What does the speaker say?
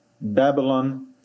Babylon